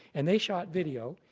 and they shot video.